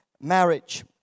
marriage